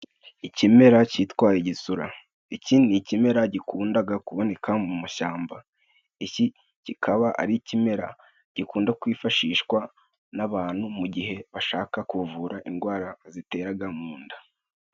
Ikimera cyitwa igisura, iki ni ikimera gikundaga kuboneka mu mashamba. Iki kikaba ari ikimera gikunda kwifashishwa n'abantu mu gihe bashaka kuvura indwara ziteraga mu nda.